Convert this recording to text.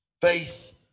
Faith